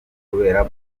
kubera